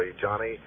Johnny